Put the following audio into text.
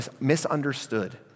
misunderstood